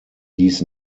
dies